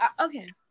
Okay